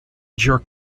jerk